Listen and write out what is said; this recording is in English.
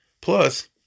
Plus